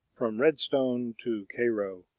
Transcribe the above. from redstone to cairo